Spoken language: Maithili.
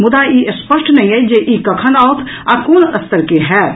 मुदा ई स्पष्ट नहि अछि जे ई कखन आओत आ कोन स्तर के होयत